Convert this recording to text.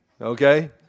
okay